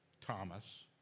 Thomas